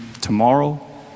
tomorrow